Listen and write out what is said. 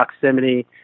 proximity